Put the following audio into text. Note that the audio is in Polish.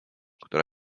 która